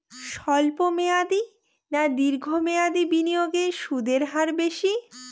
স্বল্প মেয়াদী না দীর্ঘ মেয়াদী বিনিয়োগে সুদের হার বেশী?